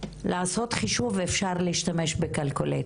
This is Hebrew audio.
לעשות חישוב אפשר להשתמש במחשבון,